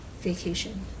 vacation